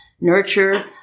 nurture